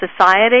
society